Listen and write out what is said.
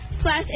Plus